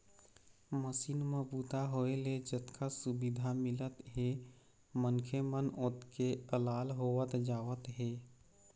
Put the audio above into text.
machine म बूता होए ले जतका सुबिधा मिलत हे मनखे मन ओतके अलाल होवत जावत हे